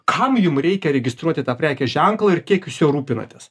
kam jum reikia registruoti tą prekės ženklą ir kiek jūs juo rūpinatės